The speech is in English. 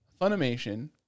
Funimation